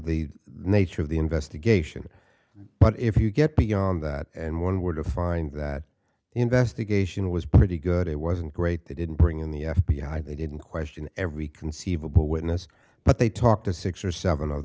the nature of the investigation but if you get beyond that and one were to find that investigation was pretty good it wasn't great they didn't bring in the f b i they didn't question every conceivable witness but they talked to six or seven of